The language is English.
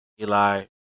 Eli